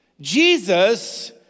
Jesus